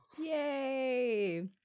Yay